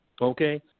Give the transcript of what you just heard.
Okay